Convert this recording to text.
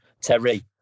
Terry